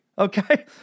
Okay